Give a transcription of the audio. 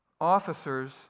officers